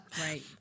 right